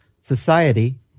society